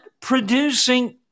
producing